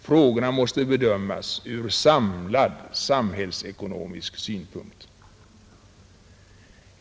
Frågorna måste bedömas ur en samlad samhällsekonomisk synpunkt.